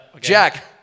Jack